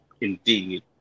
Indeed